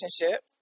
relationship